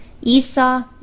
Esau